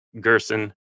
Gerson